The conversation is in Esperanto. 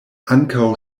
ankaŭ